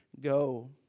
go